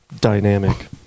dynamic